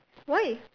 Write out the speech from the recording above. why